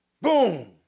Boom